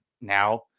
now